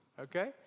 okay